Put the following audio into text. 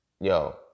yo